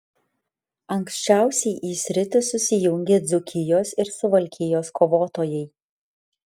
anksčiausiai į sritį susijungė dzūkijos ir suvalkijos kovotojai